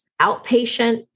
Outpatient